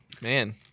Man